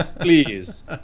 Please